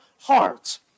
hearts